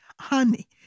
honey